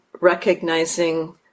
recognizing